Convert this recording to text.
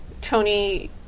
Tony